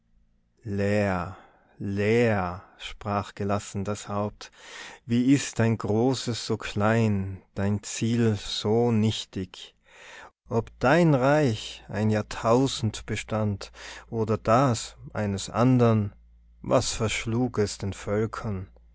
leer leer sprach gelassen das haupt wie ist dein großes so klein dein ziel so nichtig ob dein reich ein jahrtausend bestand oder das eines andern was verschlug es den völkern